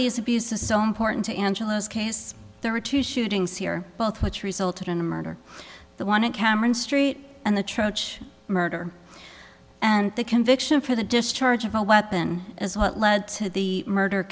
these abuses so important to angela's case there were two shootings here both which resulted in the murder the one in cameron street and the trench murder and the conviction for the discharge of a weapon as what led to the murder